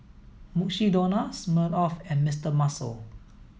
Mukshidonna Smirnoff and Mister Muscle